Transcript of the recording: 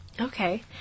Okay